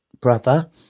brother